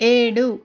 ఏడు